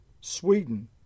Sweden